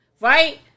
Right